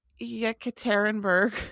Yekaterinburg